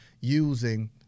using